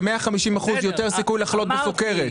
ב-150% יותר סיכוי לחלות בסכרת.